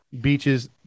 beaches